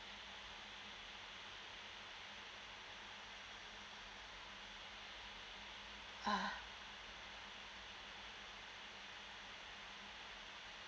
ah